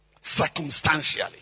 circumstantially